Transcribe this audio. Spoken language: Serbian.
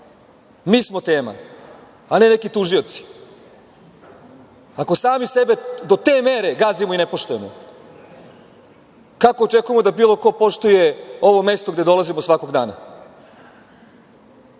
Mi smo tema, a ne neki tužioci. Ako sami sebe do te mere gazimo i ne poštujemo, kako očekujemo da bilo ko poštuje ovo mesto gde dolazimo svakog dana?